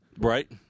right